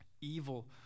evil